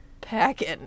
Packing